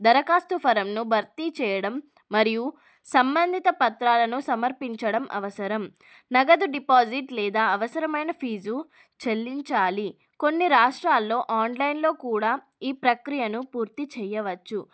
ధరఖాస్తు ఫరంను భర్తీ చెయ్యడం మరియు సంబంధిత పత్రాలను సమర్పించడం అవసరం నగదు డిపాజిట్ లేదా అవసరమైన ఫీజు చెల్లించాలి కొన్ని రాష్ట్రాల్లో ఆన్లైన్లో కూడా ఈ ప్రకియను పూర్తి చెయ్యవచ్చు